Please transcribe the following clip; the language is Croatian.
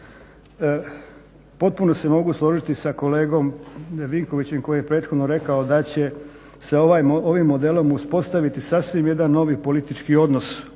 potpuno se mogu složiti sa kolegom Vinkovićem koji je prethodno rekao da će se ovim modelom uspostaviti sasvim jedan novi politički odnos